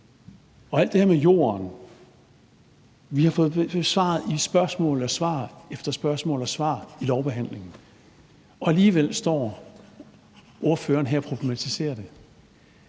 til alt det her med jorden vil jeg sige, at vi har fået spørgsmål og svar efter spørgsmål og svar i lovbehandlingen, men alligevel står ordføreren her og problematiserer det.